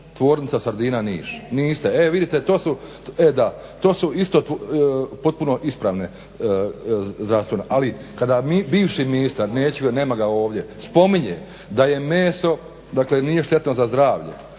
tvornica sardina Niš. Niste, e vidite to su, e da to su isto potpuno ispravne zdravstveno. Ali kada bivši ministar, neću ga, nema ga ovdje spominje da je meso, dakle nije štetno za zdravlje